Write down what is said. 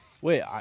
Wait